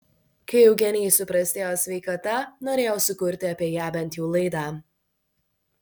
kai eugenijai suprastėjo sveikata norėjau sukurti apie ją bent jau laidą